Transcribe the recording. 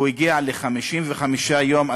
הוא הגיע ל-55 יום,